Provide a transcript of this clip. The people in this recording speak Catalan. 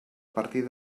partir